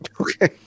Okay